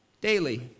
daily